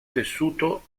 tessuto